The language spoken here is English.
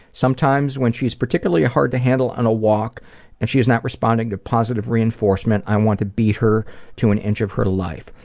sometimes when she's particularly hard to handle on a walk and she is not responding to positive reinforcement, i want to beat her to an inch of her life.